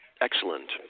excellent